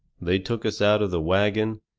they took us out of the wagon,